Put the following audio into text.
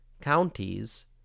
counties